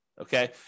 okay